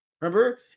Remember